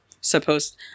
supposed